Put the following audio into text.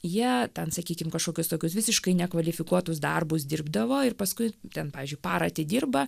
jie ten sakykim kažkokius tokius visiškai nekvalifikuotus darbus dirbdavo ir paskui ten pavyzdžiui parą atidirba